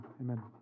amen